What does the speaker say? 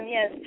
Yes